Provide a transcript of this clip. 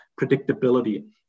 predictability